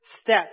step